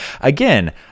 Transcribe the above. Again